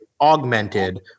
augmented